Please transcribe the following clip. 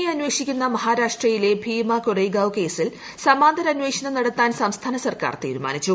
A അന്വേഷിക്കുന്ന മഹാരാഷ്ട്രയിലെ ഭീമ കൊറെഗാവ് കേസിൽ സമാന്തര അന്വേഷണം നടത്താൻ സംസ്ഥാന സർക്കാർ തീരുമാനിച്ചു